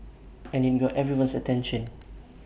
and IT got everyone's attention